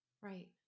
right